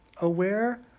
Aware